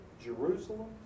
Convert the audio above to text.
Jerusalem